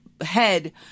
head